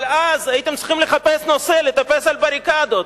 אבל אז הייתם צריכים לחפש נושא לטפס על בריקדות.